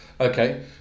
Okay